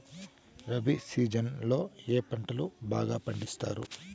rabi season లో ఏ పంటలు బాగా పండిస్తారు